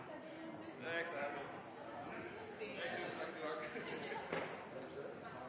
jeg